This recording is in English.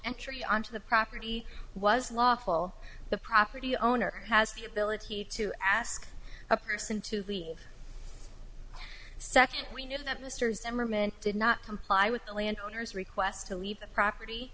entry onto the property was lawful the property owner has the ability to ask a person to leave second we know that mr zimmerman did not comply with the landowners request to leave the property